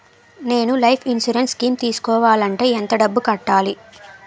నేను life insurance scheme తీసుకోవాలంటే ఎంత డబ్బు కట్టాలి?